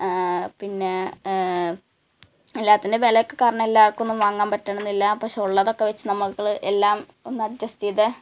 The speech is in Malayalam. പിന്നെ എല്ലാത്തിൻ്റെ വിലയൊക്കെ കാരണം എല്ലാർക്കും വാങ്ങാൻ പറ്റണം എന്നില്ല പഷേ ഉള്ളതൊക്കെ വച്ച് നമ്മൾ എല്ലാം ഒന്ന് അഡ്ജെസ്റ്റെ് ചെയ്ത്